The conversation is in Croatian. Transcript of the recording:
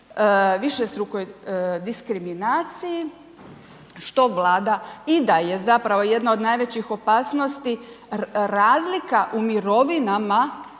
višestrukoj diskriminaciji što Vlada i da je zapravo jedna od najvećih opasnosti razlika u mirovinama